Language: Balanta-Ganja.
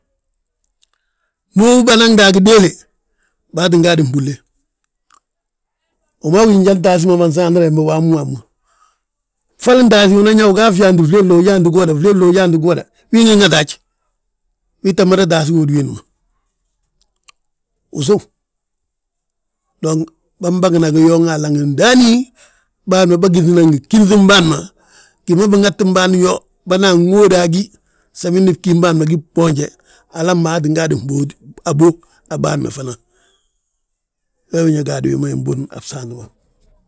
Mo ndi banaŋde a gibooli baa tti gaade mbúlle, wi ma wi gí njan taasí ma bânsaantina bembe wamu wamu. Ffalin taasí ugaf yaa, unan yaanti giwoda, flee flee uga yaanti giwoda, win wi nŋata haj. Wii tta mada taasí hódi wiindi ma, usów, dong bân bagina yooŋ alama ndaani, bân ma bâgínŧina ngi ginŧin bâan ma, gima biŋati ban yo bânan wóoda a ggí samindi bgím bâan ma gí bboonje, alam ma atingaade mbóoti, abów a bân ma fana, wee wi ñe gaadu wi ma inbuni a bsaanti ma.